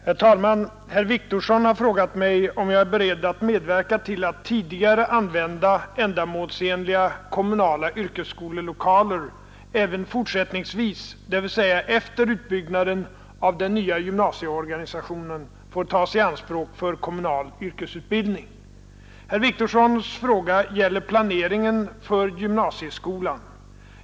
Herr talman! Herr Wictorsson har frågat mig, om jag är beredd att medverka till att tidigare använda, ändamålsenliga kommunala yrkesskolelokaler även fortsättningsvis, dvs. efter utbyggnaden av den nya gymnasieorganisationen, får tas i anspråk för kommunal yrkesutbildning. Herr Wictorssons fråga gäller planeringen för gymnasieskolan.